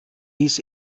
dies